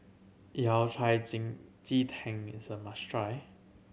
Yao Cai Ji Tin is a must try